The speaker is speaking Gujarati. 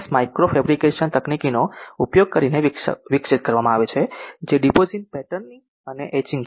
માઇક્રો ફેબ્રિકેશન તકનીકોનો ઉપયોગ કરીને વિકસિત કરવામાં આવે છે જે ડિપોઝિશન પેટર્નિંગ અને એચિંગ છે